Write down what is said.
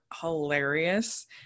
hilarious